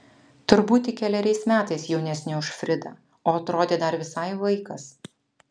turbūt tik keleriais metais jaunesnė už fridą o atrodė dar visai vaikas